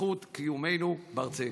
לזכות קיומנו בארצנו.